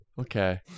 Okay